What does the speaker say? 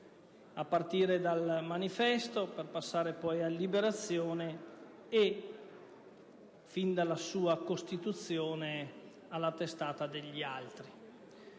a partire da «il manifesto», per passare poi a «Liberazione» e, fin dalla sua costituzione, alla testata «Gli Altri».